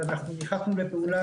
ואנחנו נכנסנו לפעולה,